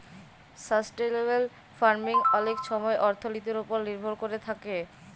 sustainable farming অলেক ছময় অথ্থলিতির উপর লির্ভর ক্যইরে থ্যাকে